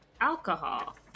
alcohol